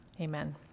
Amen